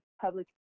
public